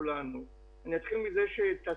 ח"כ מיכל שיר,